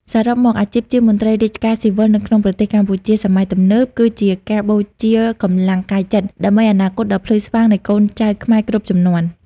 សរុបមក អាជីពជាមន្ត្រីរាជការស៊ីវិលនៅក្នុងប្រទេសកម្ពុជាសម័យទំនើប គឺជាការបូជាកម្លាំងកាយចិត្តដើម្បីអនាគតដ៏ភ្លឺស្វាងនៃកូនចៅខ្មែរគ្រប់ជំនាន់។